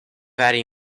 very